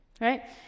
right